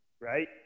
right